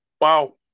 Wow